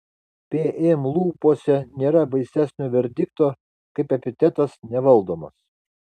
pm lūpose nėra baisesnio verdikto kaip epitetas nevaldomas